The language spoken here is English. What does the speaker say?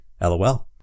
LOL